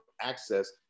access